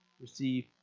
receive